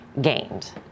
gained